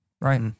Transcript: right